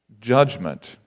judgment